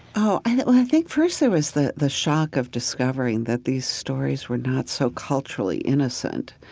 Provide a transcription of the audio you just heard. oh, well i think first there was the the shock of discovering that these stories were not so culturally innocent.